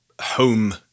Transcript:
home